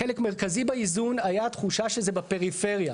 חלק מרכזי באיזון היה תחושה שזה בפריפריה.